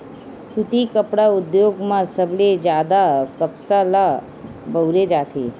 सुती कपड़ा उद्योग म सबले जादा कपसा ल बउरे जाथे